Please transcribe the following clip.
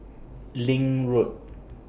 LINK Road